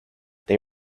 they